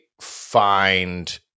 find